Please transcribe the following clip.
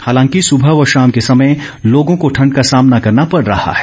हालांकि सुबह व शाम के समय लोगों को ठंड का सामना करना पड़ रहा है